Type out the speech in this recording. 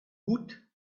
woot